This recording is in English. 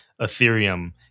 Ethereum